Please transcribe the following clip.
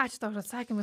ačiū tau už atsakymus